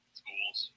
schools